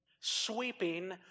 Sweeping